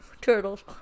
turtles